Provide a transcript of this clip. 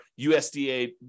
USDA